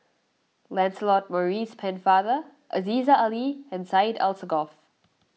Lancelot Maurice Pennefather Aziza Ali and Syed Alsagoff